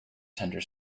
tender